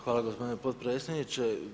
Hvala gospodine potpredsjedniče.